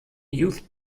youth